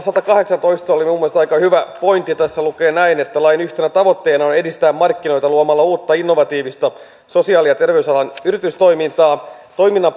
satakahdeksantoista oli minun mielestäni aika hyvä pointti tässä lukee näin että lain yhtenä tavoitteena on edistää markkinoita luomalla uutta innovatiivista sosiaali ja terveysalan yritystoimintaa toiminnan